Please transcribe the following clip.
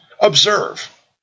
Observe